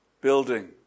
building